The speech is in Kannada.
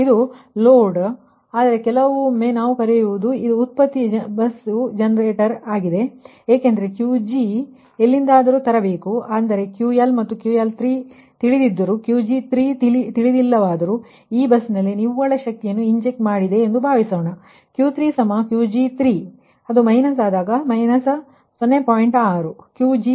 ಇದು ಲೋಡ್ ಆಗಿದೆ ಆದರೆ ಕೆಲವೊಮ್ಮೆ ನಾವು ಕರೆಯುವುದು ಒಂದು ಉತ್ಪತಿಯ ಬಸ್ ಜನರೇಟರ್ ಬಸ್ ಆಗಿದೆ ಏಕೆಂದರೆ Qg ನೀವು ಅದನ್ನು ಎಲ್ಲಿಂದಲಾದರೂ ತರಬೇಕು ಅಂದರೆ QL QL3ಎಂದು ತಿಳಿದಿದ್ದರೂ Qg3 ಮೌಲ್ಯ ತಿಳಿದಿಲ್ಲವಾದರೂ ಈ ಬಸ್ನಲ್ಲಿ ಇಂಜೆಕ್ಟ ಮಾಡಿದ ನಿವ್ವಳ ಪವರ್ ಅನ್ನು Q3Qg3 0